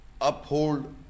uphold